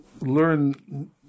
learn